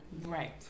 Right